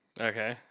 Okay